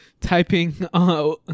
typing